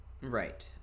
Right